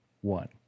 one